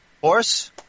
Horse